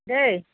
দেই